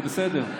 זה בסדר.